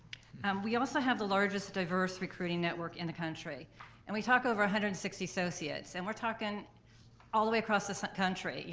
and we also have the largest diverse recruiting network in the country and we talk over one hundred and sixty associates, and we're talking all the way across the so country. yeah